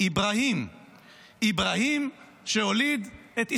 אבראהים / אבראהים שהוליד את אסחק.